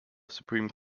supreme